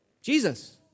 Jesus